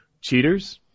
Cheaters